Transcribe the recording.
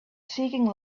seeking